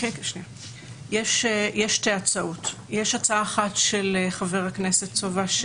יש שתי הצעות: יש הצעה אחת של חבר הכנסת סובה,